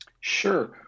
Sure